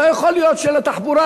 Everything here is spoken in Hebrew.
לא יכול להיות שלתחבורה,